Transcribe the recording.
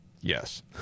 Yes